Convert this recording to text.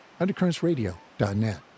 Undercurrentsradio.net